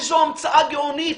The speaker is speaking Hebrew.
איזו המצאה גאונית,